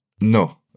no